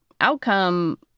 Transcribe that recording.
outcome